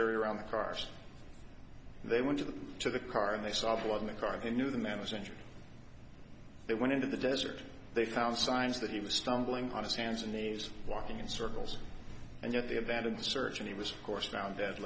area around the cars they went to the to the car and they saw fit on the car they knew the man was injured they went into the desert they found signs that he was stumbling on his hands and knees walking in circles and yet the event of the search and he was course now dead